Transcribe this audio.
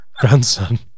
grandson